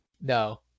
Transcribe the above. No